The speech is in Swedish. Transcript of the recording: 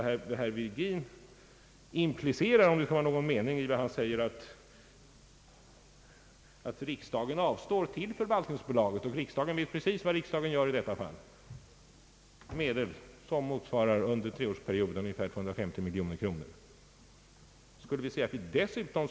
Herr Virgin implicerar, om det skall vara någon mening i vad han säger, att riksdagen till förvaltningsbolaget avstår 250 miljoner under en treårsperiod.